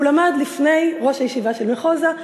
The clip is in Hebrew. והוא למד בפני ראש הישיבה של מחוזא,